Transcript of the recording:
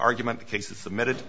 argument the case is submitted